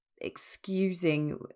excusing